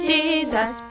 Jesus